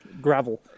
gravel